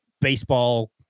baseball